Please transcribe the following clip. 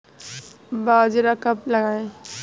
बाजरा कब लगाएँ?